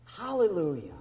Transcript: Hallelujah